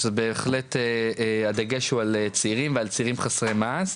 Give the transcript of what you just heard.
בהחלט הדגש הוא על צעירים, וצעירים חסרי מעש.